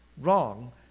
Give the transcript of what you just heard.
wrong